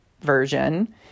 version